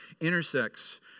intersects